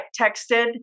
texted